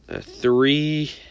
three